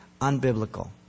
Unbiblical